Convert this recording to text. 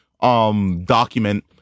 Document